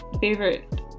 favorite